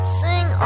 sing